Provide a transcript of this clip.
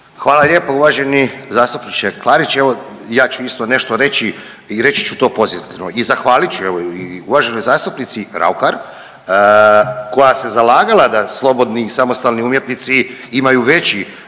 Hvala lijepa. Uvaženi zastupniče Klarić evo ja ću isto nešto reći i reći ću to pozitivno i zahvalit ću evo i uvaženoj zastupnici Raukar koja se zalagala da slobodni samostalni umjetnici imaju veći